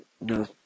no